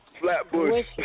Flatbush